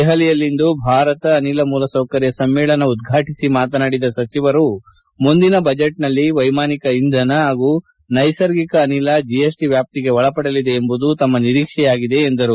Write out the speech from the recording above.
ದೆಹಲಿಯಲ್ಲಿಂದು ಭಾರತ ಅನಿಲ ಮೂಲಸೌಕರ್ಯ ಸಮ್ನೇಳನ ಉದ್ವಾಟಿಸಿ ಮಾತನಾಡುತ್ತಿದ್ದ ಸಚಿವರು ಮುಂದಿನ ಬಜೆಟ್ನಲ್ಲಿ ವೈಮಾನಿಕ ಇಂಧನ ಹಾಗೂ ನೈಸರ್ಗಿಕ ಅನಿಲ ಜಿಎಸ್ಟಿ ವ್ಯಾಪ್ತಿಗೆ ಒಳಪಡಲಿದೆ ಎಂಬುದು ತಮ್ನ ನಿರೀಕ್ಷೆಯಾಗಿದೆ ಎಂದರು